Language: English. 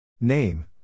Name